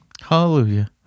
hallelujah